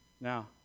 Now